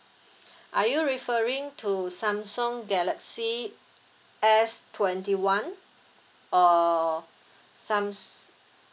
are you referring to Samsung galaxy S twenty one or sams~